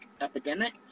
epidemic